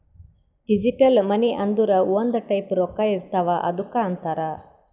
digital money ಅಂದುರ್ ಒಂದ್ type ರೊಕ್ಕಾ ಇರ್ತಾವ್ ಅದ್ದುಕ್ ಅಂತಾರ್